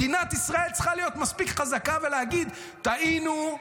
מדינת ישראל צריכה להיות מספיק חזקה ולהגיד: טעינו,